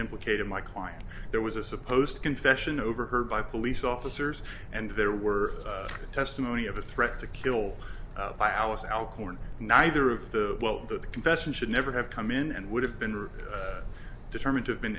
implicated my client there was a supposed confession overheard by police officers and there were testimony of a threat to kill by alice al corn neither of the well the confession should never have come in and would have been or determined to have been